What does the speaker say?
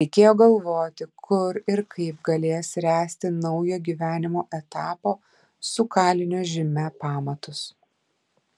reikėjo galvoti kur ir kaip galės ręsti naujo gyvenimo etapo su kalinio žyme pamatus